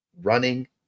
Running